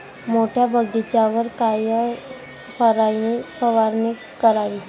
मोठ्या बगीचावर कायन फवारनी करावी?